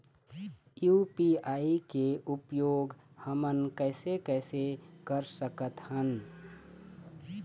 UPI के उपयोग हमन कैसे कैसे कर सकत हन?